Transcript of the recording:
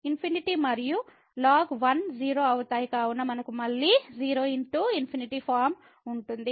కాబట్టి ∞ మరియు ln1 0 అవుతాయి కావున మనకు మళ్ళీ 0×∞ ఫార్మ్ ఉంటుంది